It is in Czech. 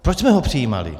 Proč jsme ho přijímali?